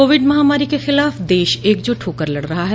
Covid महामारी के ख़िलाफ़ देश एकजुट होकर लड़ रहा है